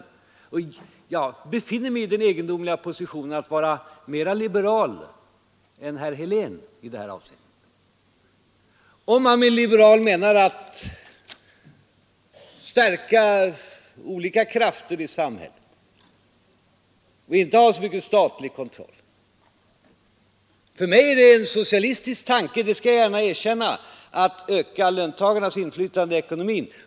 Allmänna pensions Jag befinner mig i den egendomliga situationen att vara mera liberal än fondens förvaltning, m.m. herr Helén i detta avseende, om man med liberalism menar stärkande av olika krafter i samhället och undvikande av alltför mycket statlig kontroll. För mig är det en socialistisk tanke — det skall jag gärna erkänna — att öka löntagarnas inflytande i ekonomin.